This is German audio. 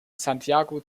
santiago